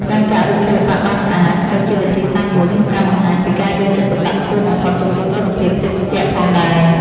ការចាក់រូបសិល្បៈបានស្អាត ក៏ជាវិធីសាស្ត្រមួយក្នុងការបង្ហាញពីការយកចិត្តទុកដាក់ខ្ពស់បំផុតចំពោះគុណភាពភេសជ្ជៈផងដែរ។